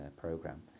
program